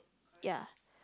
ya